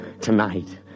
tonight